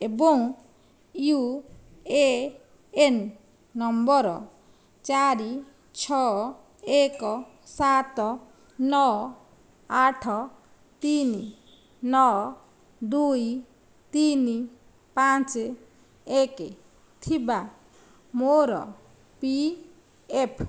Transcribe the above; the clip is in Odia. ଏବଂ ୟୁ ଏ ଏନ୍ ନମ୍ବର ଚାରି ଛଅ ଏକ ସାତ ନଅ ଆଠ ତିନି ନଅ ଦୁଇ ତିନି ପାଞ୍ଚ ଏକ ଥିବା ମୋର ପି ଏଫ୍